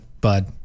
bud